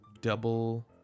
Double